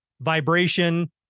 vibration